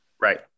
Right